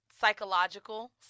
psychological